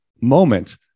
moment